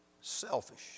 selfish